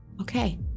Okay